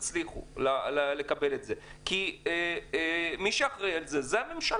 תצליחו לקבל את זה כי מי שאחראי על זה זה הממשלה